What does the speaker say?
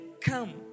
come